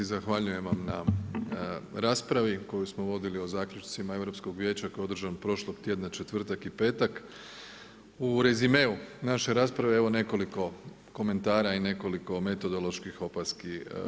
Zahvaljujem vam na raspravi koju smo vodili o zaključcima Europskog vijeća koji je održan prošlog tjedna, četvrtak i petak, u rezimeu naše rasprave evo nekoliko komentara i nekoliko metodoloških opaski.